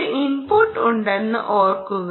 ഒരു ഇൻപുട്ട് ഉണ്ടെന്ന് ഓർമ്മിക്കുക